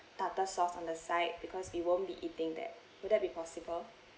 tartar sauce on the side because we won't be eating that would that be possible